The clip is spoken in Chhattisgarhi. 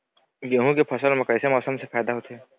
गेहूं के फसल म कइसे मौसम से फायदा होथे?